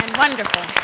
wonderful.